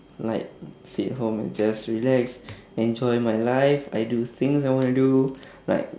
like sit home and just relax enjoy my life I do things I want to do like